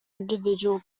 individual